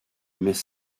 mais